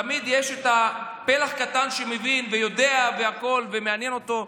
תמיד יש פלח קטן שמבין ויודע וזה מעניין אותו,